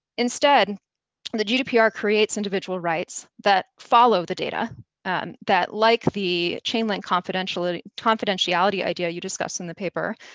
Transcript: instead and the gdpr creates individual rights that follow the data that, like the chain-link confidentiality confidentiality idea you discussed in the paper,